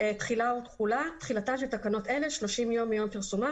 תחילה ותחולה 8 תחילתן של תקנות אלה 30 ימים מיום פרסומן